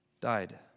died